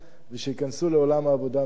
ושייכנסו לעולם העבודה מייד.